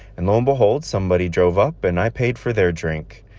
and lo and behold, somebody drove up, and i paid for their drink.